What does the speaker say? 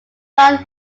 brand